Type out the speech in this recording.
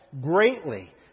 greatly